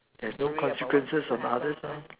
there's no consequences on others mah